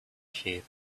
sheep